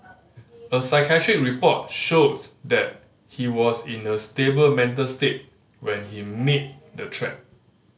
a psychiatric report showed that he was in a stable mental state when he made the treat